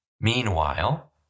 Meanwhile